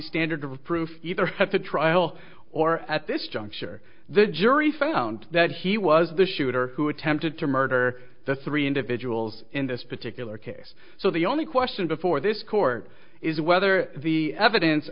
standard of proof either have to trial or at this juncture the jury found that he was the shooter who attempted to murder the three individuals in this particular case so the only question before this court is whether the